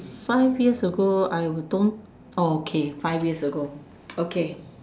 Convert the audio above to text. five years ago I would don't okay five years ago okay